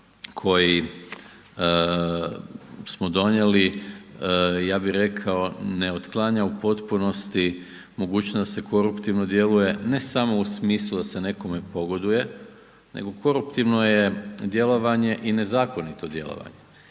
koji smo donijeli ja bi rekao ne otklanja u potpunosti mogućnost da se koruptivno djeluje ne samo u smislu da se nekome pogoduje, nego koruptivno je djelovanje i nezakonito djelovanje.